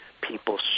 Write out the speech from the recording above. people